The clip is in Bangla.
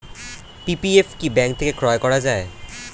পি.পি.এফ কি ব্যাংক থেকে ক্রয় করা যায়?